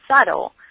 subtle